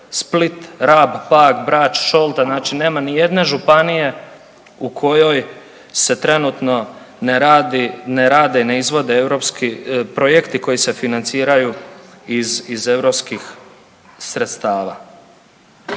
Split, Rab, Pag, Brač, Šolta, znači nema nijedne županije u kojoj se trenutno ne radi, ne rade, ne izvode europski projekti koji se financiraju iz, iz europskih sredstava.